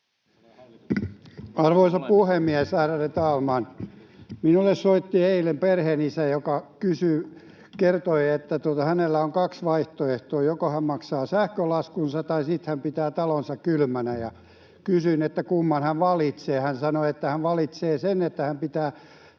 Arvoisa puhemies, ärade talman! Minulle soitti eilen perheenisä, joka kertoi, että hänellä on kaksi vaihtoehtoa: joko hän maksaa sähkölaskunsa tai sitten hän pitää talonsa kylmänä. Kysyin, kumman hän valitsee. Hän sanoi, että hän valitsee sen, että hän pitää